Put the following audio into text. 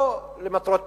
לא למטרות פיתוח.